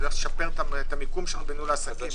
לשפר את המיקום של ניהול העסקים.